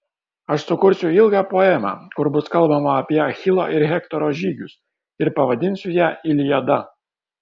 aš sukursiu ilgą poemą kur bus kalbama apie achilo ir hektoro žygius ir pavadinsiu ją iliada